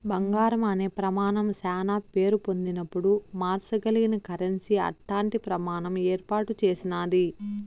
బంగారం అనే ప్రమానం శానా పేరు పొందినపుడు మార్సగలిగిన కరెన్సీ అట్టాంటి ప్రమాణం ఏర్పాటు చేసినాది